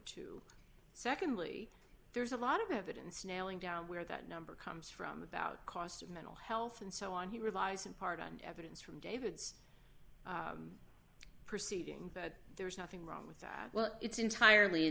it too secondly there's a lot of evidence nailing down where that number comes from about cost of mental health and so on he relies in part on evidence from david's perceiving that there is nothing wrong with that well it's entirely